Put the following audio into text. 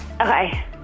okay